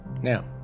Now